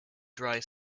dry